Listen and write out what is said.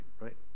right